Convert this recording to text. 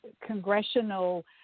congressional